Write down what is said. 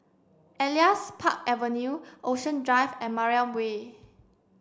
Elias Park Avenue Ocean Drive and Mariam Way